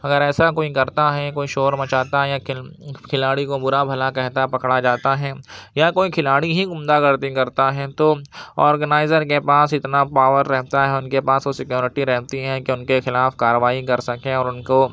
اگر ایسا کوئی کرتا ہے کوئی شور مچاتا ہے کھلاڑی کو برا بھلا کہتا پکڑا جاتا ہے یا کوئی کھلاڑی ہی غنڈا گردی کرتا ہے تو آرگنائزر کے پاس اتنا پاور رہتا ہے ان کے پاس سکیوریٹی رہتی ہے کہ ان کے خلاف کارروائی کر سکے اور ان کو